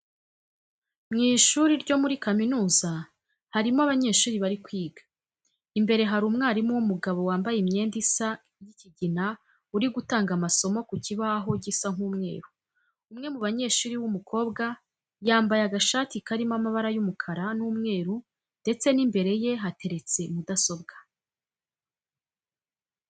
Mu ishuri ryo muri kaminuza harimo abanyeshuri bari kwiga. Imbere hari umwarimu w'umugabo wambaye imyenda isa y'ikigina uri gutanga amasomo ku kibaho gisa nk'umweru. Umwe mu banyeshuri w'umukobwa yambaye agashati karimo amabara y'umukara n'umweru ndetse imbere ye hateretse mudasobwa.